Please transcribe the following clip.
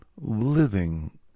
living